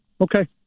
Okay